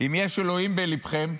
אם יש אלוהים בליבכם,